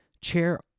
Chair